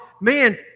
Man